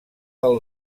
del